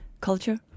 culture